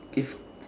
if